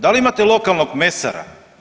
Da li imate lokalnog mesara?